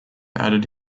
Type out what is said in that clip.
added